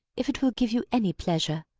if it will give you any pleasure.